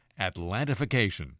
Atlantification